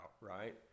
right